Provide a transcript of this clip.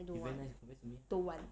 I don't want don't want